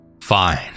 Fine